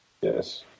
Yes